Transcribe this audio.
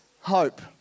hope